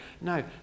No